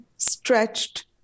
stretched